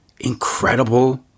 incredible